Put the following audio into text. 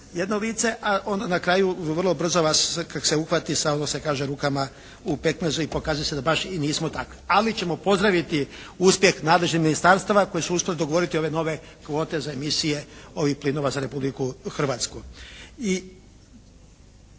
jedno lice a onda na kraju vrlo brzo vas kad se uhvati ono se kaže rukama u pekmezu i pokazuje se da baš i nismo takvi. Ali ćemo pozdraviti uspjeh nadležnih ministarstava koji su uspjeli dogovoriti ove nove kvote za emisije ovih plinova za Republiku Hrvatsku.